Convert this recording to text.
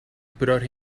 brought